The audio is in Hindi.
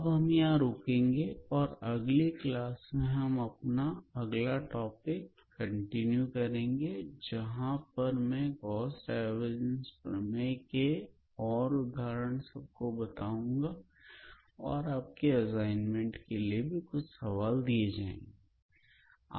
अब हम यहां रुकेंगे और अगली क्लास में हम अपना अगला टॉपिक कंटिन्यू करेंगे जहां पर मैं गॉस डाइवर्जंस प्रमेय के और उदाहरण सब को बताऊंगा और आपके असाइनमेंट के लिए भी कुछ सवाल दिए जाएंगे